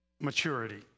maturity